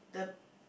the